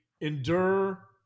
endure